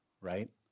right